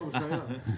שלום,